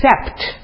accept